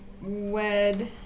wed